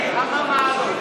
כמה מעלות?